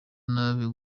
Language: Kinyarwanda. nabi